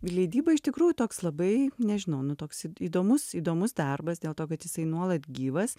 leidyba iš tikrųjų toks labai nežinau nu toks įdomus įdomus darbas dėl to kad jisai nuolat gyvas